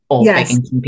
Yes